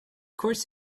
course